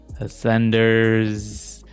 Ascenders